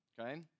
okay